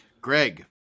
greg